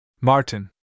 Martin